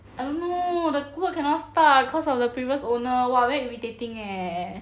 I don't know the work cannot start because of the previous owner !wah! very irritating eh